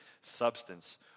substance